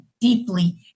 deeply